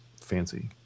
fancy